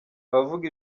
abavuga